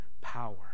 power